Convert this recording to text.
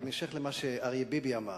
בהמשך למה שאריה ביבי אמר: